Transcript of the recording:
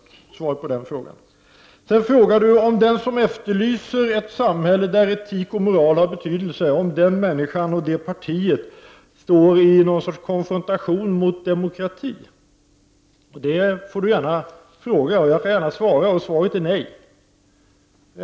Det var svaret på den frågan. Vidare frågade Åke Gustavsson om den person eller det parti som efterlyser ett samhälle där etik och moral har betydelse står i någon sorts konfrontationsställning mot demokratin. Det får han gärna fråga. Jag kan gärna svara. Svaret är: Nej.